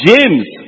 James